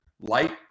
light